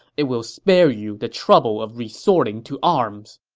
it will spare you the trouble of resorting to arms.